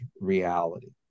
reality